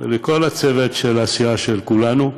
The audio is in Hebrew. ולכל הצוות של סיעת כולנו.